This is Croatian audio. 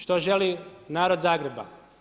Što želi narod Zagreba?